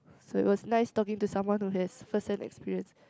so it was nice talking to someone who has first hand experience